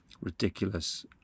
ridiculous